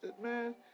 man